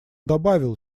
добавил